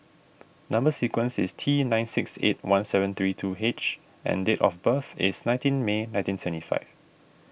Number Sequence is T nine six eight one seven three two H and date of birth is nineteen May nineteen seventy five